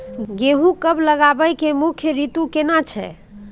गेहूं कब लगाबै के मुख्य रीतु केना छै?